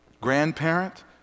grandparent